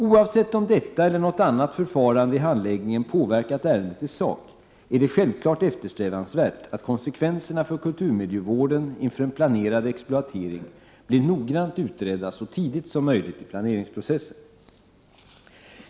Oavsett om detta eller något annat förfarande i handläggningen påverkat ärendet i sak, är det självklart eftersträvansvärt att konsekvenserna för kulturmiljövården inför en planerad exploatering blir noggrant utredda så tidigt som möjligt i planeringsprocessen.